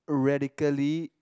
radically